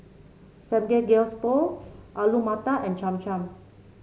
Samgeyopsal Alu Matar and Cham Cham